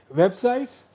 websites